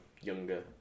younger